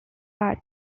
heart